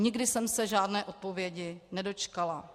Nikdy jsem se žádné odpovědi nedočkala.